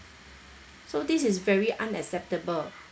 so this is very unacceptable